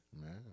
Man